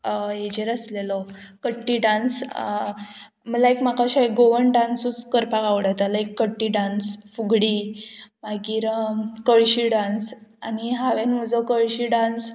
हेजेर आसलेलो कट्टी डांस लायक म्हाका अशें गोवन डांसूच करपाक आवडटा लायक कट्टी डांस फुगडी मागीर कळशी डांस आनी हांवेन म्हजो कळशी डांस